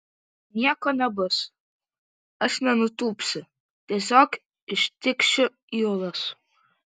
nieko nebus aš nenutūpsiu tiesiog ištikšiu į uolas